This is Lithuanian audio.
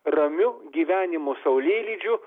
ramiu gyvenimo saulėlydžiu